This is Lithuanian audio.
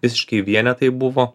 visiškai vienetai buvo